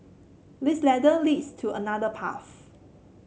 this ladder leads to another path